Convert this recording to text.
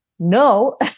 No